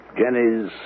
Jenny's